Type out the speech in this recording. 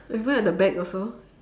even at the back also